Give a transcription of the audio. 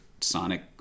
sonic